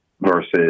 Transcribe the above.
versus